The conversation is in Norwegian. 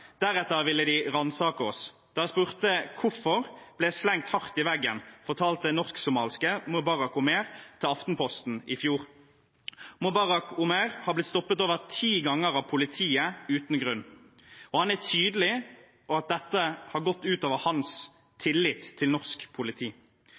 Deretter ville de ransake oss. Da jeg spurte hvorfor, ble jeg slengt hardt i veggen.» Dette fortalte norsk-somaliske Mubarak Omer til Aftenposten i fjor. Mubarak Omer er blitt stoppet over ti ganger av politiet uten grunn, og han er tydelig på at dette har gått ut over hans